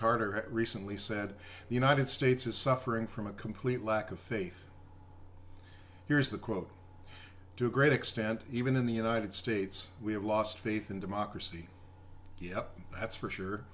carter recently said the united states is suffering from a complete lack of faith here is the quote to a great extent even in the united states we have lost faith in democracy yep that's for sure